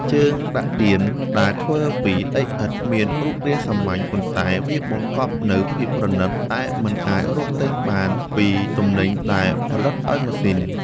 ជើងដាក់ទៀនដែលធ្វើពីដីឥដ្ឋមានរូបរាងសាមញ្ញ ប៉ុន្តែ វាបង្កប់នូវភាពប្រណីតដែលមិនអាចរកទិញបានពីទំនិញដែលផលិតដោយម៉ាស៊ីន។